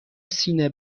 سینه